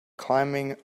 climbing